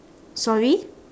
sorry